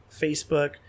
Facebook